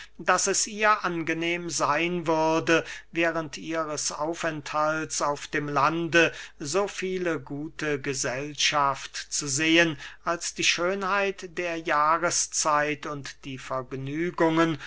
daß es ihr angenehm seyn würde während ihres aufenthalts auf dem lande so viele gute gesellschaft zu sehen als die schönheit der jahreszeit und die vergnügungen